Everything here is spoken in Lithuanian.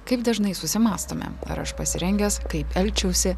kaip dažnai susimąstome ar aš pasirengęs kaip elgčiausi